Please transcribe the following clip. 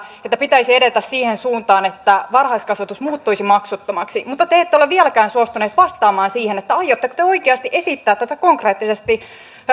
että pitäisi edetä siihen suuntaan että varhaiskasvatus muuttuisi maksuttomaksi mutta te ette ole vieläkään suostunut vastaamaan siihen aiotteko te oikeasti esittää tätä konkreettisesti